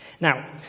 Now